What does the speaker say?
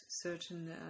certain